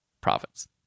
profits